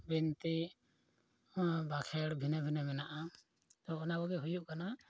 ᱵᱤᱱᱛᱤ ᱵᱟᱠᱷᱮᱲ ᱵᱷᱤᱱᱟᱹ ᱵᱷᱤᱱᱟᱹ ᱢᱮᱱᱟᱜᱼᱟ ᱛᱳ ᱚᱱᱟ ᱠᱚᱜᱮ ᱦᱩᱭᱩᱜ ᱠᱟᱱᱟ